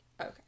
Okay